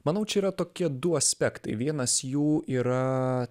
manau čia yra tokie du aspektai vienas jų yra